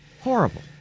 Horrible